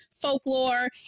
folklore